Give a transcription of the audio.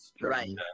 Right